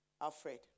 Alfred